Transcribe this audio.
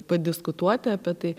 padiskutuoti apie tai